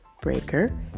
Breaker